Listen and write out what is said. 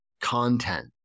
content